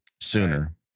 Sooner